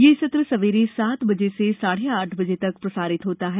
यह सत्र सवेरे सात बजे से साढ़े आठ बजे तक प्रसारित होता है